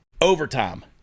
overtime